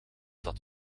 dat